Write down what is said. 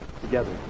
together